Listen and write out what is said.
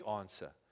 answer